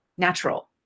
natural